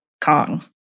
Kong